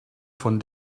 von